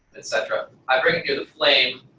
etc. i bring it near the flame,